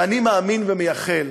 ואני מאמין ומייחל,